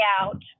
out